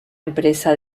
empresa